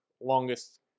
longest